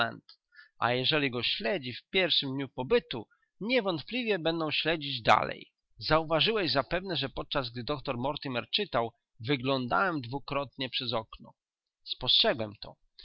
a jeżeli go śledzili w pierwszym dniu pobytu niewątpliwie będą śledzić dalej zauważyłeś zapewne że podczas gdy doktor mortimer czytał wyglądałem dwukrotnie przez okno spostrzegłem to